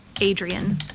Adrian